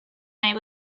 may